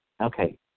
Okay